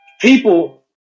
people